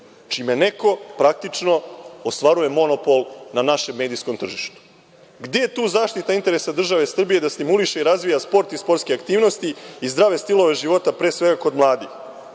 čime neko praktično ostvaruje monopol na našem medijskom tržištu. Gde je tu zaštita interesa države Srbije da stimuliše i razvija sport i sportske aktivnosti i zdrave stilove života, pre svega kod mladih?